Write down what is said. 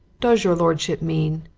does your lordship mean